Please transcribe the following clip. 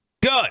Good